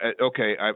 okay